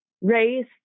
race